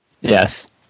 Yes